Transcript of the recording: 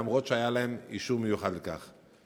אף שהיה להם אישור מיוחד לכך.